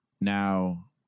now